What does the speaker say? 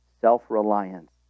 self-reliance